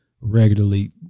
regularly